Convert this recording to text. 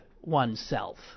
oneself